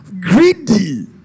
greedy